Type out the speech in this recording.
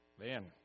man